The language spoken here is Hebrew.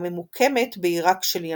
הממוקמת בעיראק של ימינו.